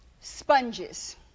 sponges